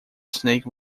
snake